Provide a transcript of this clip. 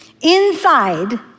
Inside